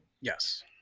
yes